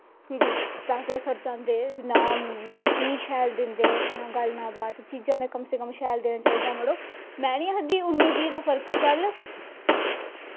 फिर पैसे खर्चांदे फिर नां चीज शैल दिंदे ना गल्ल ना बात चीजां ते कम से कम शैल देना चाहिदा मड़ो में निं आखदी उन्नी बीह् दा फर्क चल